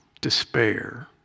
despair